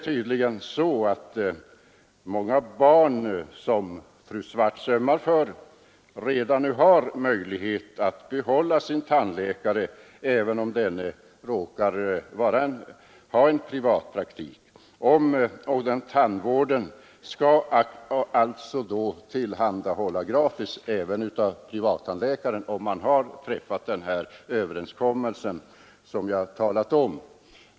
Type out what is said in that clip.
Många av de barn som fru Swartz ömmar för har redan nu möjligheter att behålla sin tandläkare, även om denne råkar ha privatpraktik. Den tandvården skall då tillhandahållas gratis av tandläkaren, om man har träffat sådan överenskommelse som jag här talat om.